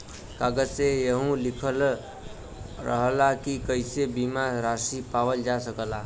कागज में यहू लिखल रहला की कइसे बीमा रासी पावल जा सकला